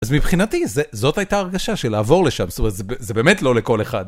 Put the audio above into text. אז מבחינתי זאת הייתה הרגשה של לעבור לשם, זה באמת לא לכל אחד.